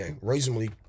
reasonably